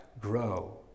grow